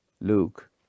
Luke